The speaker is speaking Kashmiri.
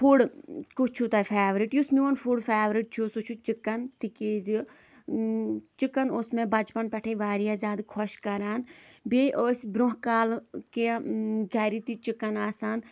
فُڈ کُس چھُو تۄہہِ فٮ۪ورِٹ یُس میون فُڈ فٮ۪ورِت چھُ سُہ چھُ چِکَن تِکیٛازِ چِکَن اوس مےٚ بچپَن پٮ۪ٹھٕے واریاہ زیادٕ خۄش کران بیٚیہِ ٲسۍ برۄنٛہہ کالہٕ کیٚنہہ گَرِ تہِ چِکَن آسان